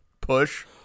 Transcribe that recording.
Push